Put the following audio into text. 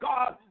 God